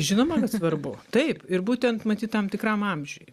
žinoma kad svarbu taip ir būtent matyt tam tikram amžiuj